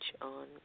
on